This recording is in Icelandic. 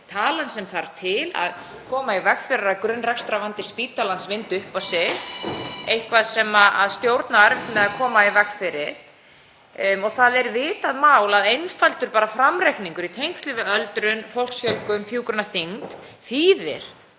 talan sem þurfi til að koma í veg fyrir að grunnrekstrarvandi spítalans vindi upp á sig, nokkuð sem stjórn á erfitt með að koma í veg fyrir. Það er vitað mál að einfaldur framreikningur í tengslum við öldrun, fólksfjölgun og hjúkrunarþyngd þýðir